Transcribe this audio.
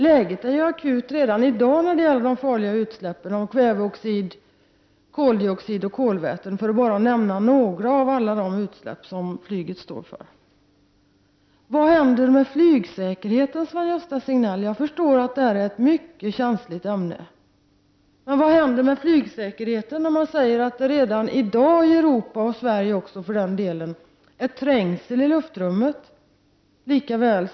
Läget är ju akut redan i dag beträffande de farliga utsläppen av kväveoxid, koldioxid och kolväten, för att bara nämna några av alla utsläpp som flyget står för. Vad händer med flygsäkerheten, Sven-Gösta Signell, när det sägs att det redan i dag råder trängsel i luftrummet i Europa, och även i Sverige, på samma sätt som det råder trängsel på flygplatserna? Jag förstår att detta är ett mycket känsligt ämne.